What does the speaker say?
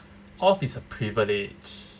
off is a privilege